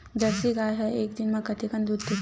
Jersey गाय ह एक दिन म कतेकन दूध देथे?